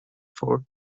four